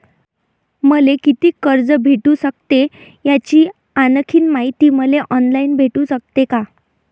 मले कितीक कर्ज भेटू सकते, याची आणखीन मायती मले ऑनलाईन भेटू सकते का?